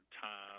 time